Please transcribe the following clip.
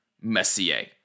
Messier